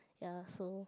ya so